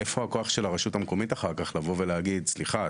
איפה הכוח של הרשות המקומית אחר כך לבוא ולהגיד: סליחה,